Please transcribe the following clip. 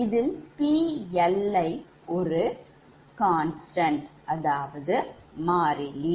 இதில் PLi ஒரு மாறிலி